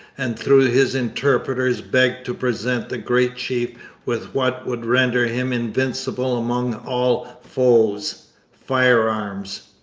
and through his interpreters begged to present the great chief with what would render him invincible among all foes firearms.